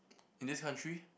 in this country